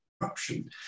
corruption